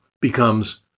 becomes